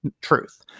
truth